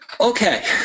okay